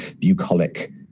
bucolic